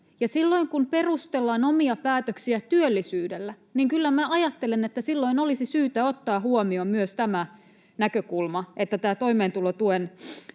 Silloin kun perustellaan omia päätöksiä työllisyydellä, niin kyllä minä ajattelen, että silloin olisi syytä ottaa huomioon myös tämä näkökulma, että ihmisten